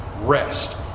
rest